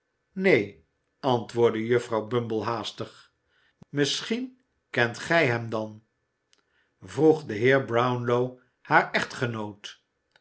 neen antwoordde juffrouw bumble haastig misschien kent gij hem dan vroeg de heer brownlow haar echtgenoot